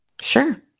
Sure